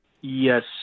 Yes